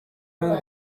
when